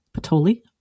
Patoli